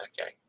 Okay